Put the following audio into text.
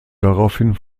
daraufhin